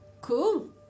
Cool